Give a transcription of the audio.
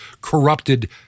corrupted